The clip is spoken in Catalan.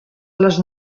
les